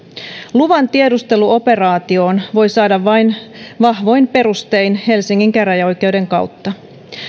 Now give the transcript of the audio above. luvan tiedusteluoperaatioon voi saada vain vahvoin perustein helsingin käräjäoikeuden kautta